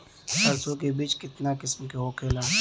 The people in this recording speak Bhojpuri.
सरसो के बिज कितना किस्म के होखे ला?